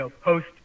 post